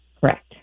Correct